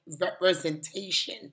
representation